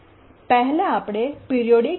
પહેલા આપણે periodic server જોઈએ